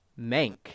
Mank